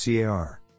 CAR